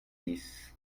six